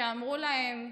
שאמרו להן: